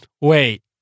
wait